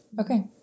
Okay